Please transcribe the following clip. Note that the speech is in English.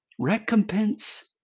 Recompense